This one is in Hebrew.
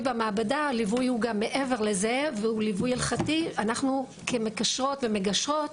לליווי ההלכתי, כמגשרת ומקשרת